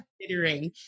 considering